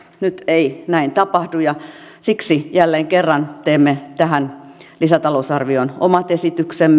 nyt ei näin tapahdu ja siksi jälleen kerran teemme tähän lisätalousarvioon omat esityksemme